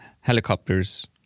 helicopters